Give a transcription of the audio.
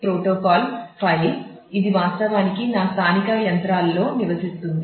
protocol file ఇది వాస్తవానికి నా స్థానిక యంత్రాలలో నివసిస్తుంది